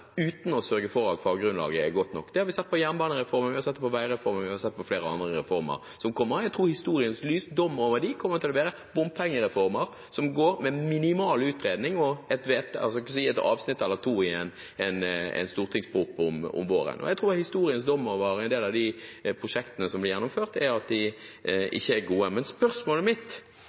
uten å sørge for at faggrunnlaget er godt nok, det har vi sett med jernbanereformen, vi har sett det med veireformen, vi har sett det med flere andre reformer som kommer, bompengereformer som går med minimal utredning og – man kan si – et avsnitt eller to i en stortingsproposisjon om våren. Jeg tror historiens dom over en del av prosjektene som blir gjennomført, er at de ikke var gode. Men spørsmålet mitt